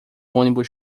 ônibus